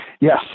Yes